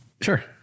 Sure